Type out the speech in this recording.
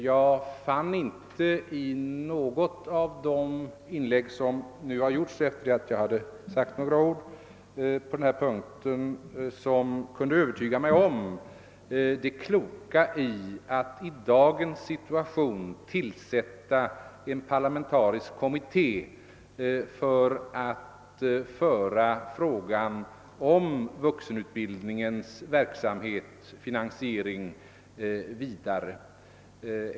Jag fann inte i något av de inlägg som nu har gjorts efter mitt anförande någonting som kunde övertyga mig om det kloka i att i dagens situation tillsätta en parlamentarisk kommitté för att föra frågan om vuxenutbildningens verksamhet och finansiering vidare.